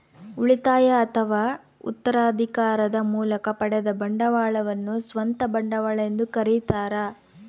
ಉಳಿತಾಯ ಅಥವಾ ಉತ್ತರಾಧಿಕಾರದ ಮೂಲಕ ಪಡೆದ ಬಂಡವಾಳವನ್ನು ಸ್ವಂತ ಬಂಡವಾಳ ಎಂದು ಕರೀತಾರ